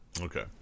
Okay